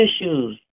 issues